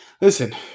Listen